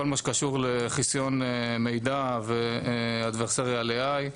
כל מה שקשור לחיסיון מידע ו-adversarial AI,